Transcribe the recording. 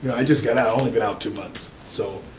i just got out, i only been out two months so.